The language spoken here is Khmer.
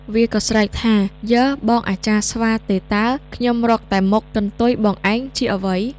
វាក៏ស្រែកថា៖ "យើបងអាចារ្យស្វាទេតើ! ខ្ញុំរកតែមុខ... កន្ទុយបងឯងជាអ្វី?